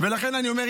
לכן אני אומר,